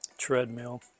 treadmill